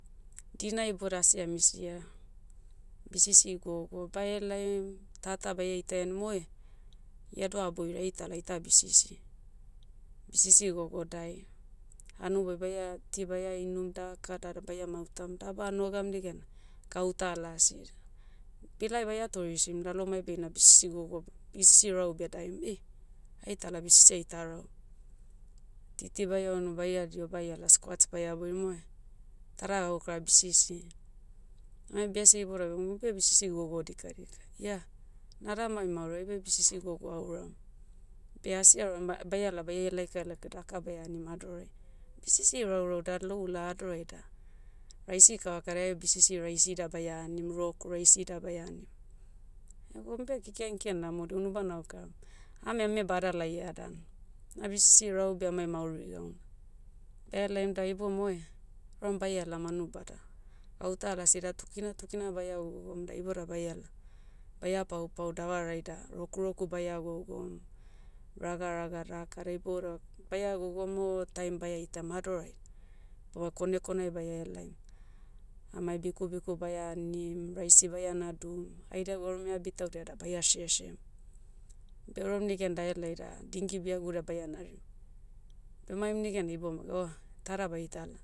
Dina ibodia asi amisia. Bisisi gogo bahelaim, tata baia ita henim oe, ia doa boiria aitala aita bisisi. Bisisi gogo dae. Hanoboi baia- ti baia inum daka da baia mautam. Daba anogam negena, gauta lasi da. Pilai baia toreisim lalomai beina bisisi gogo, bisisi rau bedaem ei, aitala bisisi aita rau. Titi baia unu baia diho baiala squads baia boirim oe, tada gaukara bisisi. Amai bese iboudia beh muibe bisisi gogo dikadika. Ia, nada amai mauri aibe bisisi gogo auram. Beh asi auram ba- baiala baia elaika elaika daka baia anim adorai. Bisisi raurau da lou lao adorai da, raisi kavaka da ai bisisi raisi ida baia anim rok raisi ida baia anim. Ego umube keken ken namodia unubana okaram. Ame ame bada laia dan. Na bisisi rau beh amai mauri gauna. Baia elaim da iboumai oe, aram baiala manubada. Gauta lasi da tu kina tu kina baia gogom da ibodai baila, baia paupau davarai da rokuroku baia gogom, ragaraga daka da iboda, baia gogom o, taim baia itam hadorai, boa kone koneai baia helaim. Amai biku biku baia anim, raisi baia nadum, haidia gwarume abi taudia da baia share shem. Beorem negan dahelai da dingi biaguda baia narim. Bemaim negena iboumaig o, tada baitala.